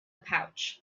pouch